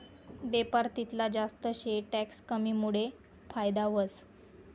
बेपार तितला जास्त शे टैक्स कमीमुडे फायदा व्हस